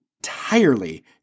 entirely